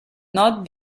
not